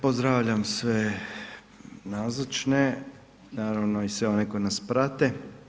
Pozdravljam sve nazočne, naravno i sve one koji nas prate.